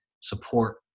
support